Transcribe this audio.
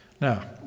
Now